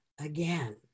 again